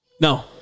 No